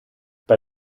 bei